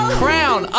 crown